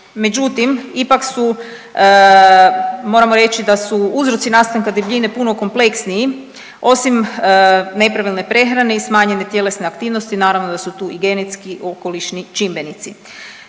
međutim ipak su, moramo reći da su uzroci nastanka debljine puno kompleksniji, osim nepravilne prehrane i smanjene tjelesne aktivnosti naravno da su tu i genetski okolišni čimbenici.